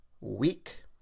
week